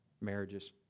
marriages